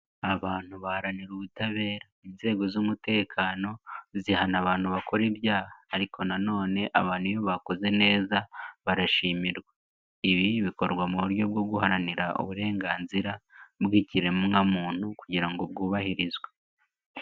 Abantu baharanira ubutabera inzego z'umutekano zihana abantu bakora ibyaha ariko nanone abantu iyo bakoze neza barashimirwa. Ibi bikorwa mu buryo bwo guharanira uburenganzira bw'ikiremwamuntu kugira ngo bwubahirizwe.